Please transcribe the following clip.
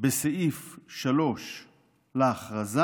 בסעיף 3 להכרזה.